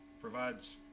provides